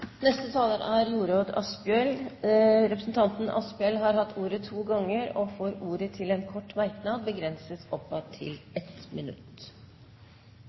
Jorodd Asphjell har hatt ordet to ganger og får ordet til en kort merknad, begrenset til 1 minutt.